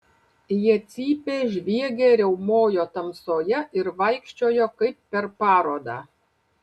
jie cypė žviegė riaumojo tamsoje ir vaikščiojo kaip per parodą